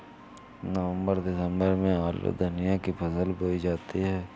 नवम्बर दिसम्बर में आलू धनिया की फसल बोई जाती है?